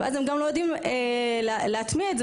ואז הם גם לא יודעים להטמיע את זה